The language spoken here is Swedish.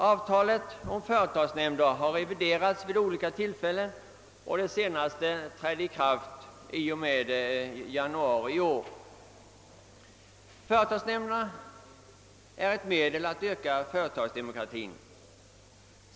Avtalet om företagsnämnder har reviderats vid olika tillfällen; det senaste avtalet trädde i kraft den 1 januari i år. Företagsnämnderna är ett medel att öka företagsdemokratin.